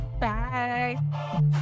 Bye